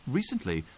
Recently